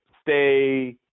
stay